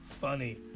funny